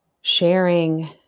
sharing